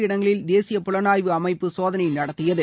இடங்களில் தேசிய புலனாய்வு அமைப்பு சோதனை நடத்தியது